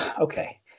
okay